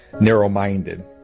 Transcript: narrow-minded